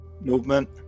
...movement